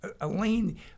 Elaine